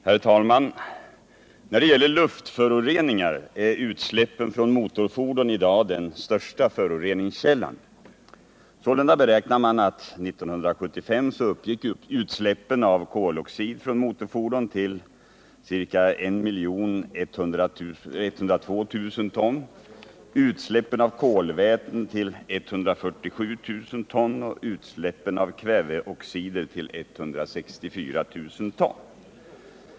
Herr talman! När det gäller luftföroreningar är utsläppen från motorfordon i dag den största föroreningskällan. Sålunda beräknar man att 1975 uppgick utsläppen av koloxid från motorfordon till 1 102000 ton, utsläppen av kolväten till 147 000 ton och utsläppen av kväveoxider till 164 000 ton.